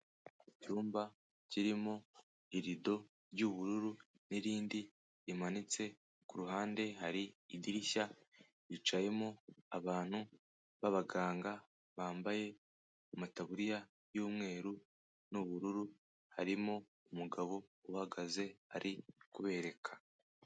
Icyumba kirimo irido ry'ubururu n'irindi rimanitse, ku ruhande hari idirishya hicayemo abantu b'abaganga bambaye amataburiya y'umweru n'ubururu, harimo umugabo uhagaze ari kubereka.